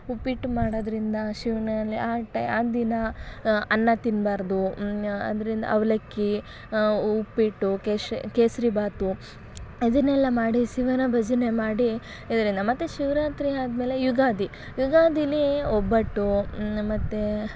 ಉಪ್ಪಿಟ್ಟು ಮಾಡೋದರಿಂದ ಶಿವನಲ್ಲಿ ಆಟ ಆ ದಿನ ಅನ್ನ ತಿನ್ನಬಾರ್ದು ಆದ್ದರಿಂದ ಅವಲಕ್ಕಿ ಉಪ್ಪಿಟ್ಟು ಕೇಸರಿ ಕೇಸರಿಬಾತು ಇದನ್ನೆಲ್ಲ ಮಾಡಿ ಶಿವನ ಭಜನೆ ಮಾಡಿ ಇದರಿಂದ ಮತ್ತು ಶಿವರಾತ್ರಿ ಆದ್ಮೇಲೆ ಯುಗಾದಿ ಯುಗಾದಿಲಿ ಒಬ್ಬಟ್ಟು ಮತ್ತೆ